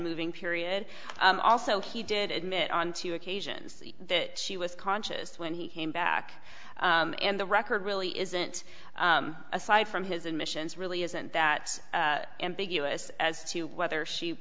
moving period also he did admit on two occasions that she was conscious when he came back and the record really isn't aside from his admissions really isn't that ambiguous as to whether she